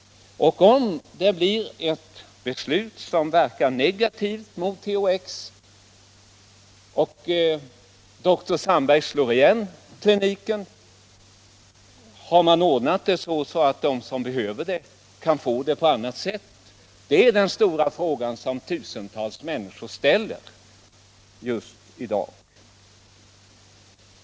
Och om det blir ett beslut som verkar negativt mot THX och doktor Sandberg slår igen sin klinik, har man då ordnat så att de som behöver THX-preparat kan få det på annat sätt? Det är den stora fråga som tusentals människor ställer sig i dag.